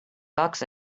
bucks